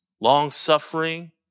long-suffering